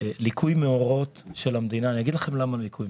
ליקוי מאורות של המדינה, ואני אגיד לכם למה.